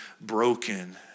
broken